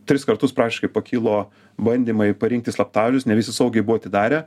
tris kartus praktiškai pakilo bandymai parinkti slaptažodžius ne visi saugiai buvo atidarę